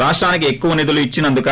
రాష్టానికి ఎక్కువ నిధులు ఇచ్చినందుకా